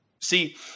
See